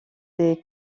des